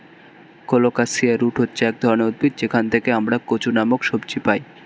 colocasia root হচ্ছে এক ধরনের উদ্ভিদ যেখান থেকে আমরা কচু নামক সবজি পাই